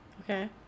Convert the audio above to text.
okay